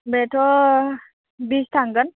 बेथ' बिस थांगोन